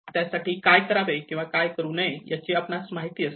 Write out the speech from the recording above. त्यासाठी काय करावे किंवा काय करू नये याची आपणास माहिती असते